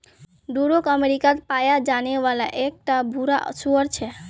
Duroc अमेरिकात पाया जाने वाला एक टा भूरा सूअर छे